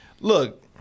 Look